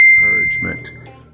encouragement